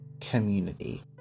community